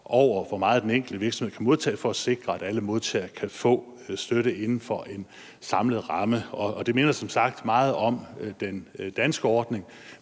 over, hvor meget den enkelte virksomhed kan modtage, for at sikre, at alle modtagere kan få støtte inden for en samlet ramme, og det minder som sagt meget om den danske ordning.